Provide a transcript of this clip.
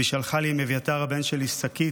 והיא שלחה לי עם אביתר הבן שלי שקית